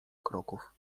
kroków